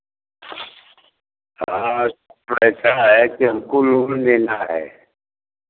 हाँ ऐसा है कि हमको लोन लेना है